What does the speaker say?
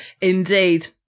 indeed